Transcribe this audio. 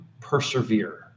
persevere